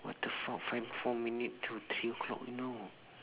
what the fuck five four minute till three o'clock you know